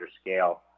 scale